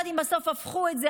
אני לא יודעת אם בסוף הפכו את זה,